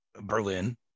Berlin